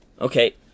okay